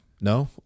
No